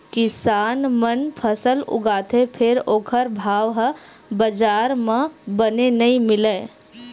किसान मन फसल उगाथे फेर ओखर भाव ह बजार म बने नइ मिलय